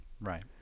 Right